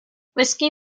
whisky